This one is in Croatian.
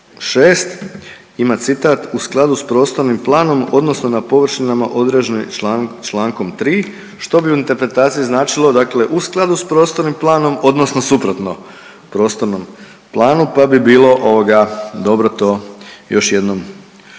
6. ima citat, u skladu s prostornim planom odnosno na površinama određenim Člankom 3. što bi u interpretaciji značilo dakle u skladu s prostornim planom odnosno suprotno prostornom planu, pa bi bilo ovoga dobro to još jednom pojasniti.